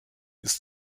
ist